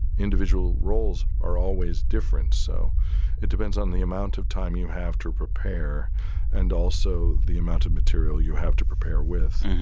individual roles are always different. so it depends on the amount of time you have to prepare and also the amount of material you have to prepare with.